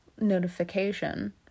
notification